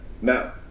Now